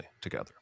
together